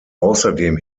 außerdem